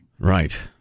Right